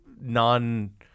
non